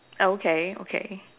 okay okay